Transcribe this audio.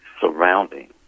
Surrounding